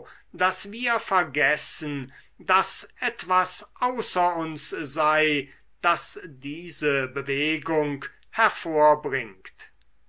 daß wir vergessen daß etwas außer uns sei das diese bewegung hervorbringt